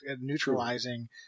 neutralizing